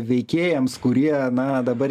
veikėjams kurie na dabar